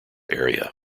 area